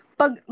pag